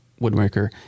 woodworker